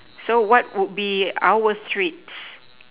so what would be our treats